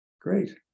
Great